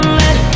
let